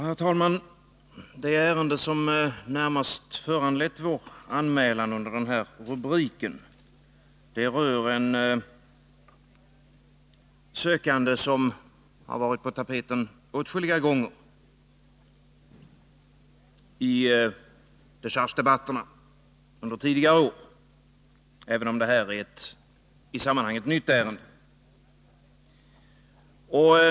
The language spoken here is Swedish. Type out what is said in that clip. Herr talman! Det ärende som närmast föranlett vår anmälan under ifrågavarande rubrik gäller ett tillsättningsärende. Åtskilliga gånger har sådana ärenden under tidigare år varit på tapeten i dechargedebatterna. Dock är detta ett i sammanhanget nytt ärende.